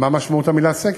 מה משמעות המילה "סקר"?